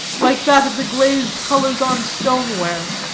like that of the glazed colors on stone-ware.